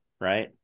Right